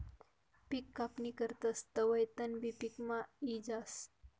पिक कापणी करतस तवंय तणबी पिकमा यी जास